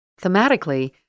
Thematically